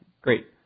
great